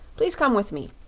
please come with me,